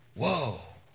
Whoa